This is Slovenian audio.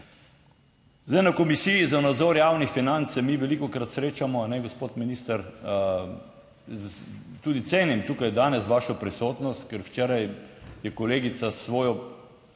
Zdaj, na Komisiji za nadzor javnih financ se mi velikokrat srečamo a ne, gospod minister, tudi cenim tukaj danes vašo prisotnost, ker včeraj je kolegica svojo